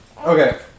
Okay